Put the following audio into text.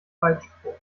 weitsprung